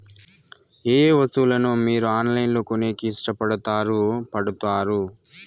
ఏయే వస్తువులను మీరు ఆన్లైన్ లో కొనేకి ఇష్టపడుతారు పడుతారు?